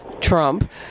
Trump